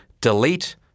delete